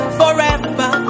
forever